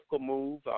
move